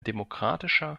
demokratischer